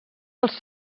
els